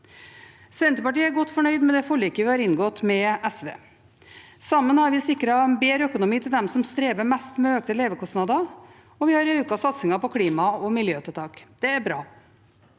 Senterpartiet er godt fornøyd med det forliket vi har inngått med SV. Sammen har vi sikret en bedre økonomi til dem som strever mest med økte levekostnader. Vi har økt satsingen på klima- og miljøtiltak. Det er bra.